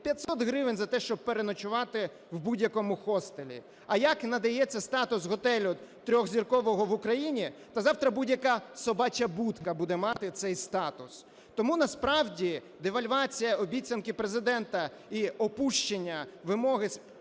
500 гривень за те, щоб переночувати в будь-якому хостелі. А як надається статус готелю 3-зіркового в Україні? Та завтра будь-яка собача будка буде мати цей статус. Тому насправді девальвація обіцянки Президента і опущення вимоги з 5-зіркових